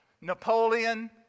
Napoleon